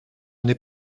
n’est